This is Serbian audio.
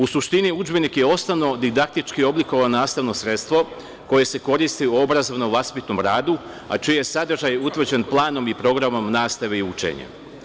U suštini, udžbenik je osnovno didaktičko oblikovano nastavno sredstvo, koje se koriste u obrazovno vaspitnom radu, a čiji je sadržaj utvrđen planom i programom nastave i učenjem.